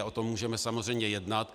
O tom můžeme samozřejmě jednat.